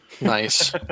nice